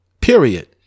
period